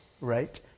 right